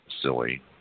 silly